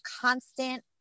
constant